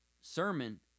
sermon